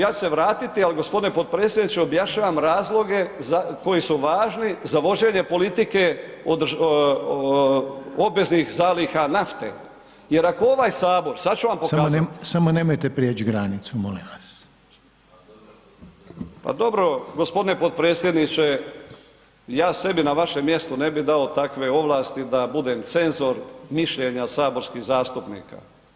Ja ću se vratiti, ali gospodine potpredsjedniče objašnjavam razloge koji su važni za vođenje politike obveznih zaliha nafte, jer ako ovaj sabor, sad ću vam pokazat [[Upadica: Samo nemojte priječi granicu, molim vas.]] pa dobro gospodine potpredsjedniče ja sebi na vašem mjestu ne bi dao takve ovlasti da budem cenzor mišljenja saborskih zastupnika.